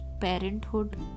parenthood